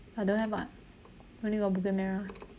ya don't have [what] only got bukit-merah